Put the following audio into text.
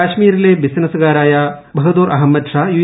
കശ്മീരിലെ ബിസിനസുകാരനായ ബഹൂർ അഹമദ് ഷാ യു